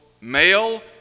male